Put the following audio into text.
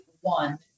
one